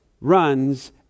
runs